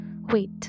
Wait